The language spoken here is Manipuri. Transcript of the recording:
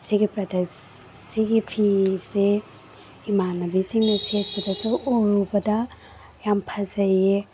ꯁꯤꯒꯤ ꯄ꯭ꯔꯗꯛ ꯁꯤꯒꯤ ꯐꯤꯁꯦ ꯏꯃꯥꯟꯅꯕꯤꯁꯤꯡꯅ ꯁꯦꯠꯄꯗꯁꯨ ꯎꯔꯨꯕꯗ ꯌꯥꯝ ꯐꯖꯩꯌꯦ